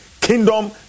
Kingdom